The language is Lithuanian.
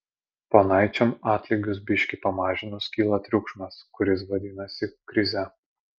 ponaičiam atlygius biški pamažinus kyla triukšmas kuris vadinasi krize